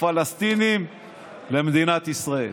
הפלסטינים למדינת ישראל.